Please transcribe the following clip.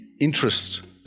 interest